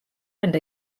and